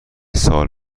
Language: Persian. سال